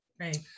Right